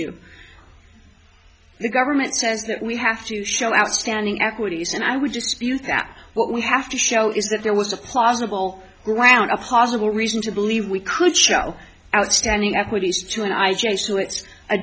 issue the government says that we have to show outstanding equities and i would just that what we have to show is that there was a plausible ground a possible reason to believe we could show outstanding equities to an i